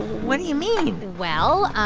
what do you mean? well,